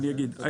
אני אגיד,